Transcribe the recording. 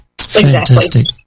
Fantastic